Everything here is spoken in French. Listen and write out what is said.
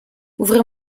ouvrez